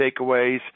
takeaways